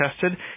tested